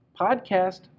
podcast